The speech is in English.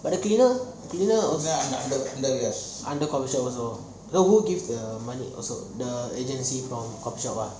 but the cleaner cleaner under coffee shop also then who keep money the agency from coffee shop eh